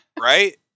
Right